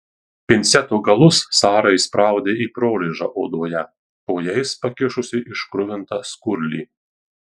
pinceto galus sara įspraudė į prorėžą odoje po jais pakišusi iškruvintą skurlį